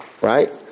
Right